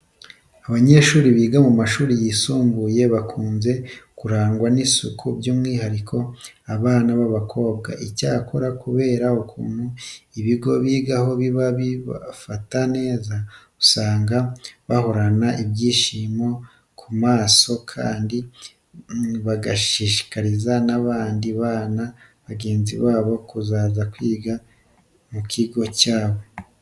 Abanyeshuri biga mu mashuri yisumbuye bakunze kurangwa n'isuku by'umwihariko abana b'abakobwa. Icyakora kubera ukuntu ibigo bigaho biba bibafata neza, usanga bahorana ibyishimo ku maso kandi bagashishikariza n'abandi bana bagenzi babo kuzaza kwiga mu kigo cyabo.